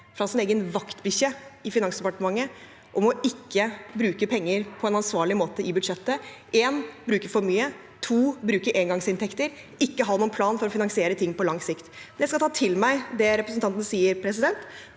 fra sin egen vaktbikkje i Finansdepartementet for å ikke bruke penger på en ansvarlig måte i budsjettet. En: Den bruker for mye. To: Den bruker engangsinntekter og har ikke noen plan for å finansiere ting på lang sikt. Jeg skal ta til meg det representanten sier, og jeg